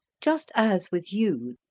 just as, with you,